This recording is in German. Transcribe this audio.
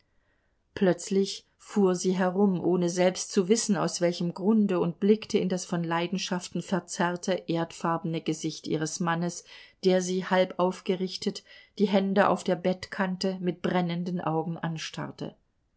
plötzlich fuhr sie herum ohne selbst zu wissen aus welchem grunde und blickte in das von leidenschaften verzerrte erdfarbene gesicht ihres mannes der sie halb aufgerichtet die hände auf der bettkante mit brennenden augen anstarrte